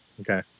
Okay